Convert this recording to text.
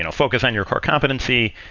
and focus on your core competency.